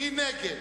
מי נגד?